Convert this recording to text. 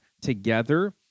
together